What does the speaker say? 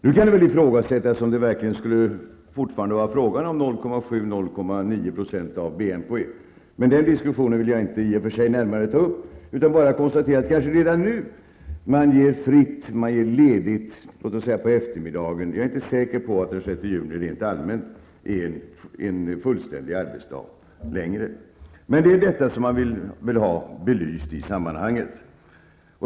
Nu kan det väl ifrågasättas om det verkligen fortfarande kan vara fråga om 0,7--0,9 % av BNP, men den diskussionen vill jag inte närmare gå in på, utan bara konstatera att man kanske redan nu ger anställda ledigt, t.ex. på eftermiddagen. Jag är inte säker på att den 6 juni nu längre allmänt är fullständig arbetsdag, och det är detta som man vill ha belyst i sammanhanget.